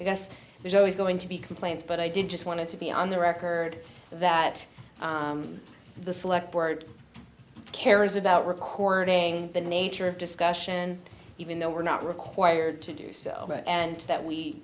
i guess there's always going to be complaints but i did just wanted to be on the record that the select board cares about recording the nature of discussion even though we're not required to do so and that we